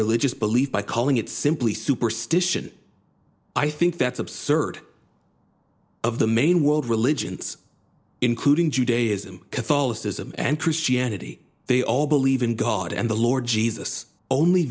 religious belief by calling it simply superstition i think that's absurd of the main world religions including judaism catholicism and christianity they all believe in god and the lord jesus only